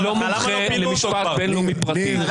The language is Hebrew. אני לא מומחה למשפט בין-לאומי פרטי.